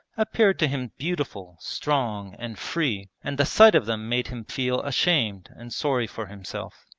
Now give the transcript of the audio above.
appeared to him beautiful, strong, and free, and the sight of them made him feel ashamed and sorry for himself.